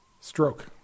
Stroke